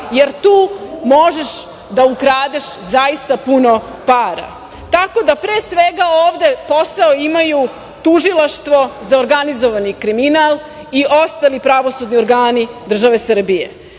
jer tu možeš da ukradeš zaista putno para. Tako da pre svega ovde posao imaju Tužilaštvo za organizovani kriminal i ostali pravosudni organi države Srbije.